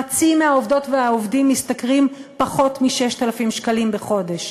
חצי מהעובדות והעובדים משתכרים פחות מ-6,000 שקלים בחודש,